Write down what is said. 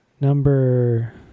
number